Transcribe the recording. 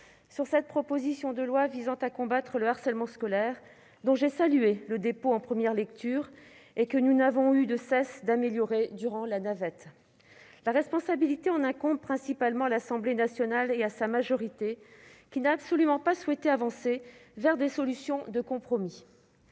sur cette proposition de loi visant à combattre le harcèlement scolaire, dont j'ai salué le dépôt en première lecture et que nous n'avons eu de cesse d'améliorer durant la navette. La responsabilité en incombe principalement à l'Assemblée nationale et à sa majorité, qui n'a absolument pas souhaité avancer vers des solutions de compromis.